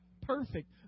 perfect